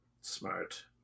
Smart